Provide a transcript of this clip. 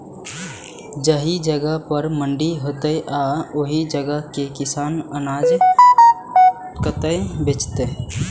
जाहि जगह पर मंडी हैते आ ओहि जगह के किसान अनाज कतय बेचते?